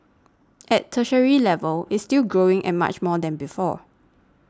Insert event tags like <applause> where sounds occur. <noise> at tertiary level it's still growing and much more than before